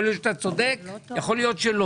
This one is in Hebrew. יכול להיות שאתה צודק, אולי לא.